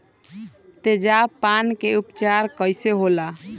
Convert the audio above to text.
तेजाब पान के उपचार कईसे होला?